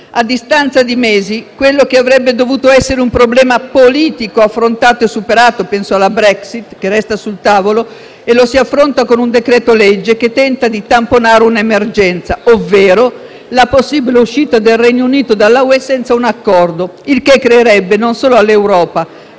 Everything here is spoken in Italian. a distanza di mesi, quello che avrebbe dovuto essere un problema politico affrontato e superato (penso alla Brexit, che resta sul tavolo), lo si affronta con un decreto-legge che tenta di tamponare un'emergenza, ovvero la possibile uscita del Regno Unito dalla Unione europea senza un accordo. Il che creerebbe, non solo all'Europa,